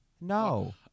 No